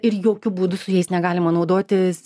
ir jokiu būdu su jais negalima naudotis